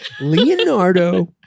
Leonardo